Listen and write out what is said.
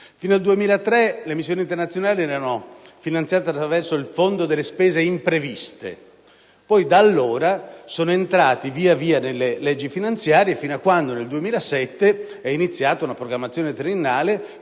Fino al 2003, le missioni internazionali erano finanziate attraverso il Fondo per le spese impreviste. Da allora, le missioni sono entrate di volta in volta nelle leggi finanziarie fino a quando, nel 2007, è iniziata una programmazione triennale